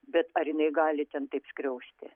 bet ar jinai gali ten taip skriausti